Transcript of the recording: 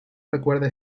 recuerda